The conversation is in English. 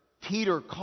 Peter